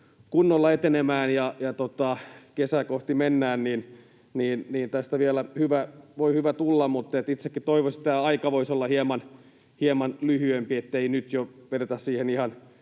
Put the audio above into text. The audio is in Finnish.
kunnolla etenemään ja kesää kohti mennään, niin tästä vielä voi hyvä tulla. Mutta itsekin toivoisin, että tämä aika voisi olla hieman lyhyempi, ettei nyt jo vedetä siihen ihan